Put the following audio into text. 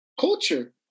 culture